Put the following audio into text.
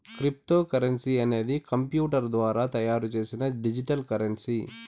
cryptocurrency అనేది computer ద్వారా తయారు చేసిన డిజిటల్ కరెన్సీ